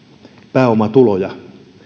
pääomatuloja